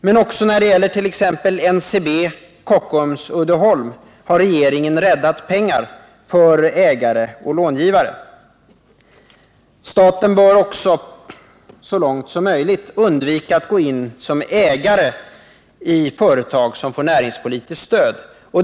Men också när det gäller t.ex. NCB, Kockums och Uddeholm har regeringen räddat pengar för ägare och långivare. Staten bör så långt som möjligt undvika att gå in som ägare i företag som får näringspolitiskt stöd.